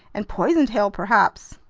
and poisoned hail perhaps!